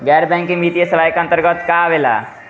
गैर बैंकिंग वित्तीय सेवाए के अन्तरगत का का आवेला?